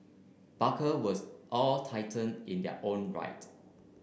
barker was all titan in their own right